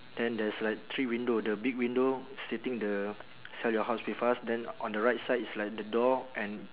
then there's like three window the big window stating the sell your house with us then on the right side it's like the door and